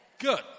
good